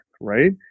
Right